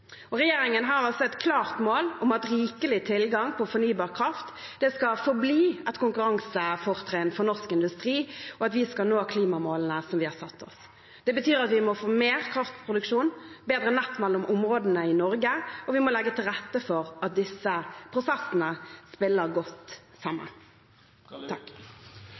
Regjeringen har et klart mål om at rikelig tilgang på fornybar kraft skal forbli et konkurransefortrinn for norsk industri, og at vi skal nå klimamålene vi har satt oss. Det betyr at vi må få mer kraftproduksjon og bedre nett mellom områdene i Norge, og at vi må legge til rette for at disse prosessene spiller godt sammen. Takk